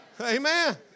Amen